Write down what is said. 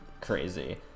crazy